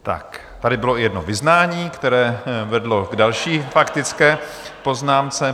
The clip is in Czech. Tak tady bylo i jedno vyznání, které vedlo k další faktické poznámce.